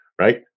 Right